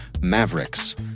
Mavericks